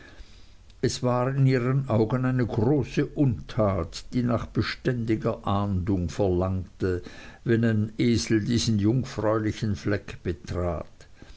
es war in ihren augen eine große untat die nach beständiger ahndung verlangte wenn ein esel diesen jungfräulichen fleck betrat